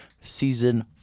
season